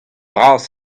bras